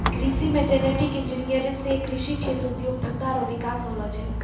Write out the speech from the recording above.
कृषि मे genetic engineer से कृषि क्षेत्र उद्योग धंधा रो विकास होलो छै